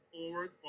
forward